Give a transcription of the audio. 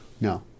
No